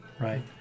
right